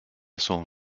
son